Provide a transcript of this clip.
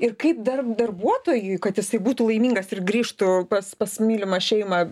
ir kaip dar darbuotojui kad jisai būtų laimingas ir grįžtų pas mylimą šeimą